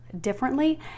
differently